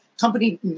Company